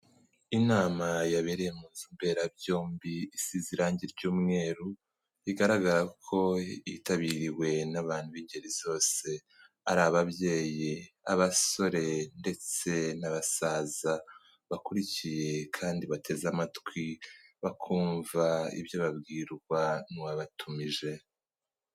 Inama yabereye mu nzu mbera byombi, isize irangi ry'umweru bigaragara ko yitabiriwe n'abantu b'ingeri zose, ari ababyeyi, abasore ndetse n'abasaza, bakurikiye kandi bateze amatwi bakumva ibyo babwirwa n'uwabatumije.